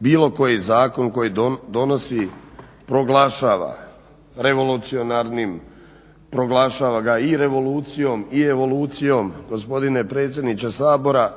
bilo koji zakon koji donosi proglašava revolucionarnim, proglašava ga i revolucijom i evolucijom, gospodine predsjedniče Sabora,